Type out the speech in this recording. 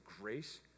grace